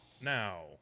now